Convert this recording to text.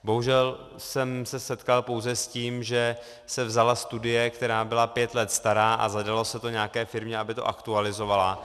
Bohužel jsem se setkal pouze s tím, že se vzala studie, která byla pět let stará, a zadalo se to nějaké firmě, aby to aktualizovala.